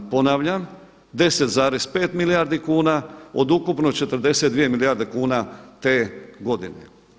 Ponavljam 10,5 milijardi kuna od ukupno 42 milijarde kuna te godine.